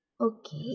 Okay